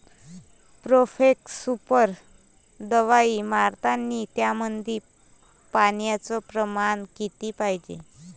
Profex super दवाई मारतानी त्यामंदी पान्याचं प्रमाण किती पायजे?